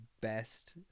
best